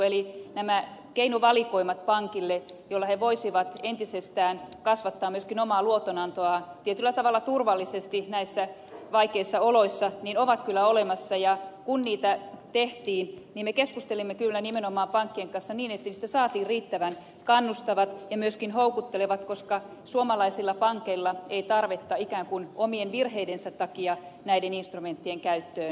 eli nämä keinovalikoimat pankeille joilla ne voisivat entisestään kasvattaa myöskin omaa luotonantoaan tietyllä tavalla turvallisesti näissä vaikeissa oloissa ovat kyllä olemassa ja kun niitä tehtiin me keskustelimme kyllä nimenomaan pankkien kanssa niin että niistä saatiin riittävän kannustavat ja myöskin houkuttelevat koska suomalaisilla pankeilla ei tarvetta ikään kuin omien virheidensä takia näiden instrumenttien käyttöön ole